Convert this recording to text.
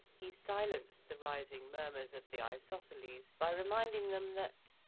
he silenced the rising murmurs of the isosceles by reminding them that,